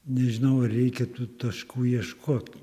nežinau ar reikia tų taškų ieškot